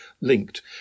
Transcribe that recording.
linked